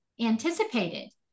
anticipated